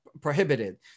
prohibited